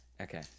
Okay